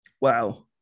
Wow